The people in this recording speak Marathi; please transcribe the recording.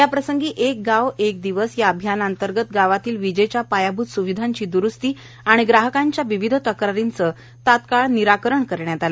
या प्रसंगी एक गाव एक दिवस या अभियानातंर्गत गावातील विजेच्या पायाभूत स्विधांची द्रुस्ती आणि ग्राहकांच्या विविध तक्रारींचे तात्काळ निराकरण करण्यात आले